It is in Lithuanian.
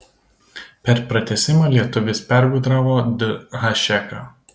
per pratęsimą lietuvis pergudravo d hašeką